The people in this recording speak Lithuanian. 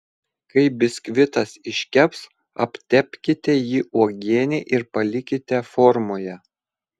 kai biskvitas iškeps aptepkite jį uogiene ir palikite formoje